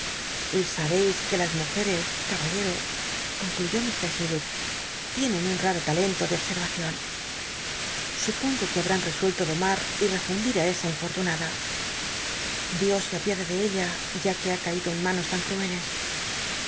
y sabeis que las mujeres caballero concluyó ml chillip tienen un r l tlento de obscrvacion supongo que habnin l'esnclto domar y refundir á esa infortunada dios se apiade ele ella ya que ha ca ido en manos tan crueles